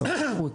משרד החוץ,